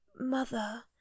mother